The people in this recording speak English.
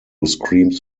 screams